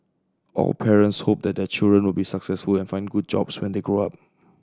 of parents hope that their children will be successful and find good jobs when they grow up